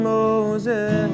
Moses